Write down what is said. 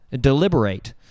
deliberate